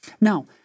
Now